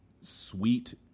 sweet